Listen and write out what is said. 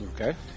Okay